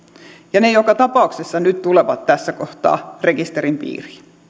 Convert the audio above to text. tulevat nyt joka tapauksessa tässä kohtaa rekisterin